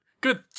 good